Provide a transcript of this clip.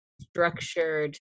structured